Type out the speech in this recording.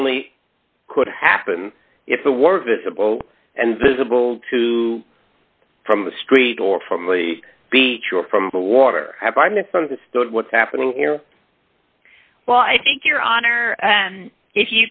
totally could happen if the were visible and visible to from the street or from the beach or from the water have i misunderstood what's happening here well i think your honor